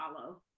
follow